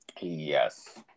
Yes